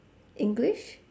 english